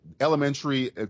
Elementary